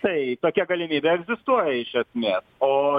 tai tokia galimybė egzistuoja iš esmė o